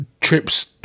trips